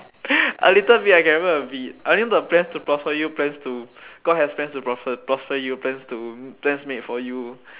a little bit I can remember a bit I only know the plans to prosper you plans to god has plans to prosper prosper you plans to plans made for you